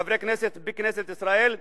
חברי הכנסת בכנסת ישראל,